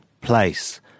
place